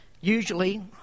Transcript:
usually